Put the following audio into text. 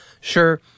Sure